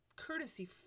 Courtesy